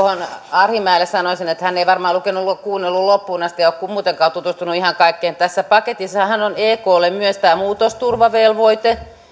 arhinmäelle sanoisin että hän ei varmaan kuunnellut kuunnellut loppuun asti ja ole muutenkaan tutustunut ihan kaikkeen tässä paketissahan on eklle myös muutosturvavelvoite